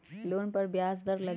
Loan पर ब्याज दर लगी?